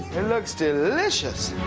and looks delicious.